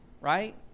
Right